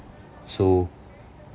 so